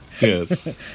Yes